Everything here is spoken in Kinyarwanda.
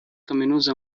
kaminuza